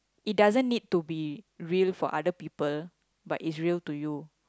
it doesn't need to be real for other people but it's real to you